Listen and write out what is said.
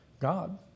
God